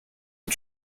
and